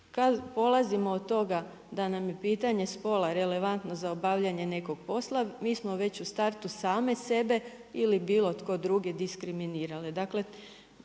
Kad polazimo od toga da nam je pitanje spola relevantno za obavljanje nekog posla, mi smo već u startu sami sebe ili bilo tko drugi diskriminirali.